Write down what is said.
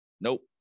nope